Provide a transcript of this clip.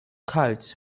coats